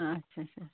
آ اچھا اچھا